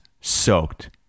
soaked